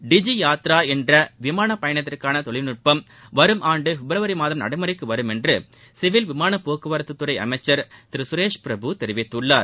டிஜி யாத்ரா என்ற விமான பயணத்திற்கான தொழிற்நுட்பம் வரும் ஆண்டு பிப்ரவரி மாதம் நடைமுறைக்கு வரும் என்று சிவில் விமான போக்குவரத்துத் துறை அமைக்கர் திரு சுரேஷ் பிரபு தெரிவித்துள்ளார்